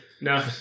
No